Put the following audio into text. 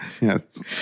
yes